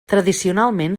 tradicionalment